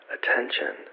Attention